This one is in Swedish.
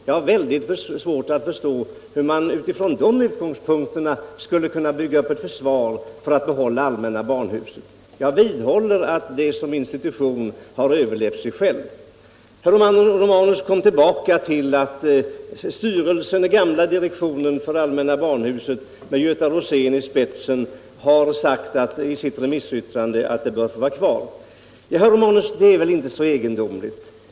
Jag har väldigt svårt att förstå hur man från de utgångspunkterna skulle kunna bygga upp ett försvar för att behålla allmänna barnhuset. Jag vidhåller att det som institution har överlevt sig självt. Herr Romanus kommer tillbaka till att den gamla direktionen med Göta Rosén i spetsen har sagt i sitt remissyttrande att allmänna barnhuset bör få vara kvar. Ja, herr Romanus det är väl inte så egendomligt.